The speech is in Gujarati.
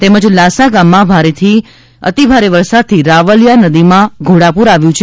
તેમજ લાસા ગામમાં ભારે વરસાદથી રાવલિયો નદીમાં ઘોડાપૂર આવ્યું છે